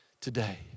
today